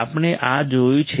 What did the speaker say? આપણે આ જોયું છે